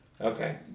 Okay